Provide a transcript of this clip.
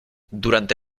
durante